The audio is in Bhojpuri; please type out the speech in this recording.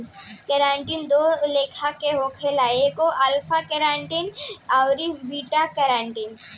केराटिन दू लेखा के होखेला एगो अल्फ़ा केराटिन अउरी बीटा केराटिन